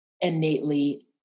innately